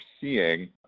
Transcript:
seeing